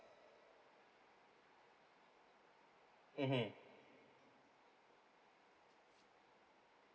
mmhmm